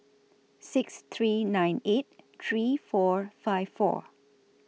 six three nine eight three four five four